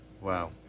Wow